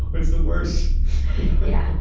it's the worst yeah,